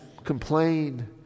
complain